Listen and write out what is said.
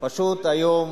פשוט היום